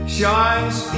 Shines